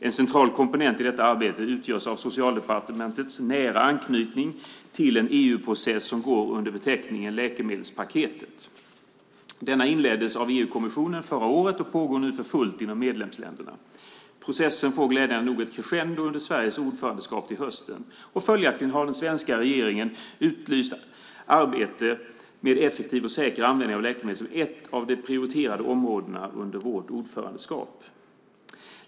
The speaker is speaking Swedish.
En central komponent i detta arbete utgörs av Socialdepartementets nära anknytning till en EU-process som går under beteckningen läkemedelspaketet. Denna process inleddes av EU-kommissionen förra året och pågår nu för fullt i medlemsländerna. Processen får glädjande nog ett crescendo under Sveriges ordförandeskap till hösten. Följaktligen har den svenska regeringen utlyst ett arbete med en effektiv och säker användning av läkemedel som ett av de prioriterade områdena under vårt ordförandeskap.